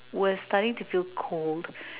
was starting to feel cold